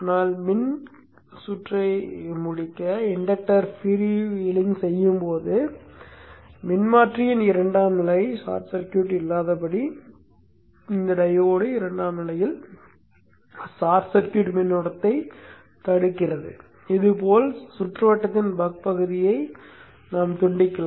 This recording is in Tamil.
ஆனால் மின்சுற்றை முடிக்க இண்டக்டர் ஃப்ரீவீலிங் செய்யும் போது மின்மாற்றியின் இரண்டாம் நிலை ஷார்ட் சர்க்யூட்டிங் இல்லாதபடி இந்த டையோடு இரண்டாம்நிலையில் ஷார்ட் சர்க்யூட் மின்னோட்டத்தைத் தடுக்கும் இது போல் சுற்றுவட்டத்தின் பக் பகுதியை துண்டிக்கிறது